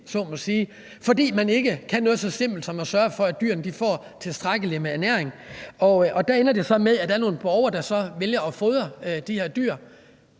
fordi man ikke kan noget så simpelt som at sørge for, at dyrene får tilstrækkeligt med ernæring. Der ender det jo så med, at der er nogle borgere, der vælger at fodre de her dyr,